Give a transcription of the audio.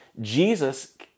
Jesus